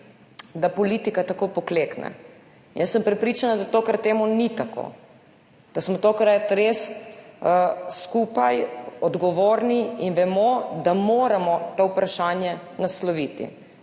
da politika tako poklekne. Prepričana sem, da tokrat to ni tako, da smo tokrat res skupaj odgovorni in vemo, da moramo to vprašanje nasloviti.